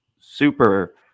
Super